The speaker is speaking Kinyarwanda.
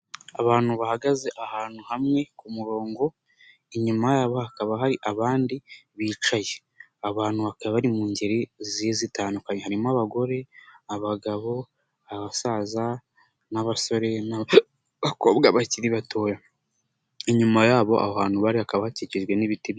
Abantu bahagaze ahantu hamwe ku murongo inyuma yabo hakaba hari abandi bicaye, abantu bakaba bari mu ngeri zigiye zitandukanye harimo abagore, abagabo, abasaza n'abasore bakiri bato, inyuma yabo aho hantu bari bakikijwe n'ibiti.